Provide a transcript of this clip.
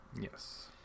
Yes